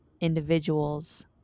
individuals